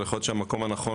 אבל יכול להיות שהמקום הנכון,